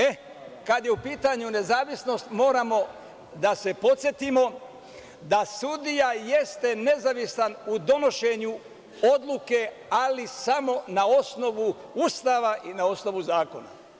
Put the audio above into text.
E, kada je u pitanju nezavisnost, moramo da se podsetimo da sudija jeste nezavistan u donošenju odluke ali samo na osnovu Ustava i na osnovu zakona.